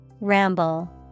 Ramble